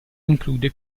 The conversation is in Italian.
include